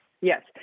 Yes